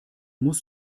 muss